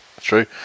true